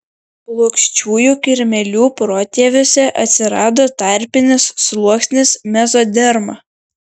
plokščiųjų kirmėlių protėviuose atsirado tarpinis sluoksnis mezoderma